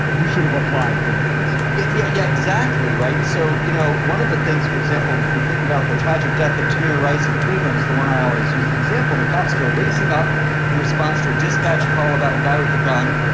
you should have applied, for instance yeah. yeah, yeah. exactly right. so, you know, one of the things, for example, if you think about the tragic death of tamir rice in cleveland is the one i always use the example of cops go racing up in response to a dispatch call about a guy with a gun.